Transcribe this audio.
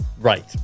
Right